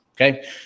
Okay